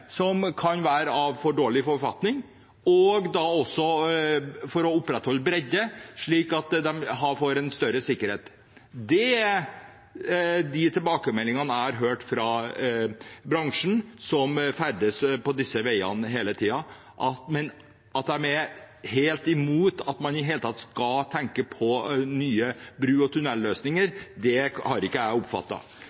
som kan være i for dårlig forfatning, og med å opprettholde en bredde for å få større sikkerhet. Det er tilbakemeldingene jeg har hørt fra bransjen, som ferdes på disse veiene hele tiden. At de er helt imot at man i det hele tatt skal tenke på nye bru- og tunnelløsninger,